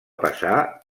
passar